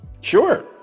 Sure